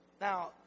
Now